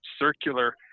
circular